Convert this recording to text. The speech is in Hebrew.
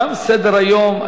תם סדר-היום.